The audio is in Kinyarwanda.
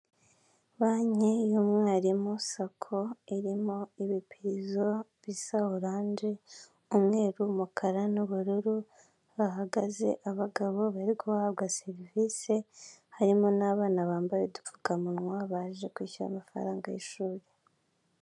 Banki y'umwarimu sako irimo ibipizo bisa orange, umweru, umukara nu'bururu bahagaze abagabo bari guhabwa serivisi harimo n'abana bambaye udupfukamunwa baje kwishyura amafaranga y'ishuri.